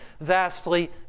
vastly